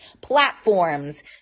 platforms